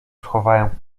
schowałem